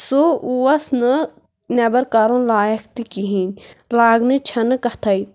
سُہ اوس نہٕ نٮ۪بر کَرُن لایق تہِ کِہیٖنۍ لاگنٕچ چھَنہٕ کَتھَے